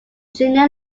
junior